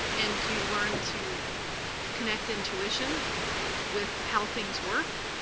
and you learn to connect intuition with how things work,